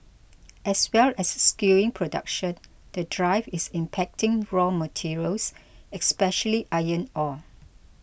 as well as skewing production the drive is impacting raw materials especially iron ore